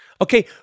okay